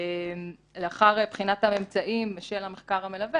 לאחר בחינת הממצאים של המחקר המלווה